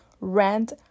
rent